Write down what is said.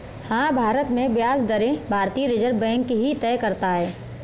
हाँ, भारत में ब्याज दरें भारतीय रिज़र्व बैंक ही तय करता है